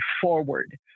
forward